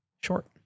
Short